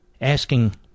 asking